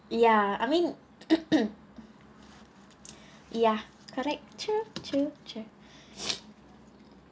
ya I mean ya correct true true true